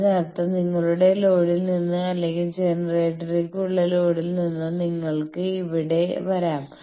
അതിനർത്ഥം നിങ്ങളുടെ ലോഡിൽ നിന്ന് അല്ലെങ്കിൽ ജനറേറ്ററിലേക്കുള്ള ലോഡിൽ നിന്ന് നിങ്ങൾക്ക് ഇവിടെ വരാം